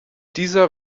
dieser